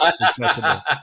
accessible